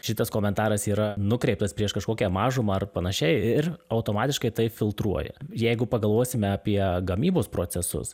šitas komentaras yra nukreiptas prieš kažkokią mažumą ar panašiai ir automatiškai tai filtruoja jeigu pagalvosime apie gamybos procesus